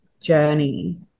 journey